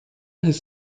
his